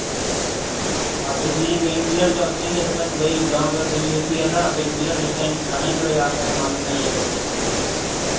अभी नहीं painkiller तो अभी नहीं लिया था बस वही लौंग का तेल यूज़ किया था पेन किलर जिस टाइम खाना ही पड़ेगा आप कह रहे हैं मॉर्निंग में आइएगा तो